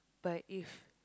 but if